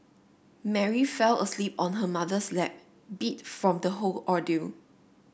Mary fell asleep on her mother's lap beat from the whole ordeal